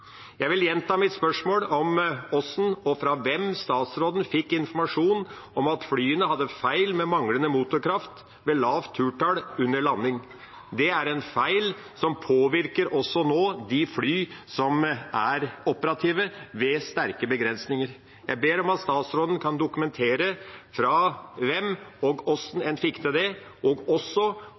Jeg vil gjenta mitt spørsmål om hvordan og fra hvem statsråden fikk informasjon om at flyene hadde feil, med manglende motorkraft ved lavt turtall under landing. Det er en feil som også nå påvirker de flyene som er operative ved sterke begrensninger. Jeg ber om at statsråden kan dokumentere fra hvem og hvordan en fikk vite det, og også